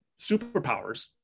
superpowers